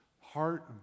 heart